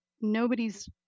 nobody's